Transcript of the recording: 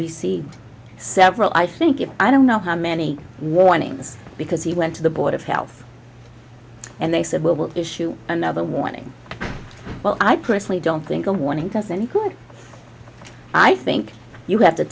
received several i think it i don't know how many warnings because he went to the board of health and they said well we'll issue another warning well i personally don't think a warning doesn't i think you have to